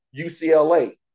UCLA